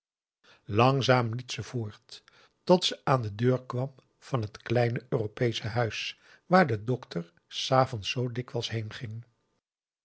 langzaam liep ze voort tot ze aan de deur kwam van het p a daum de van der lindens c s onder ps maurits kleine europeesche huis waar de dokter s avonds zoo dikwijls